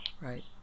Right